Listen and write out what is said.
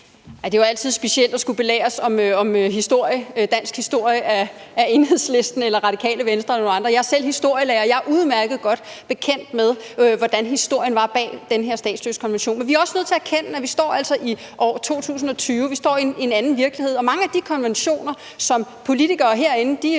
Det er jo altid specielt at skulle belæres om dansk historie af Enhedslisten eller Radikale Venstre eller nogle andre. Jeg er selv historielærer, og jeg er udmærket godt bekendt med, hvordan historien bag den her statsløsekonvention var. Men vi er altså også nødt til at erkende, at vi står her i år 2020 og i en anden virkelighed, og at mange af de konventioner, som politikere herinde